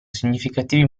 significativi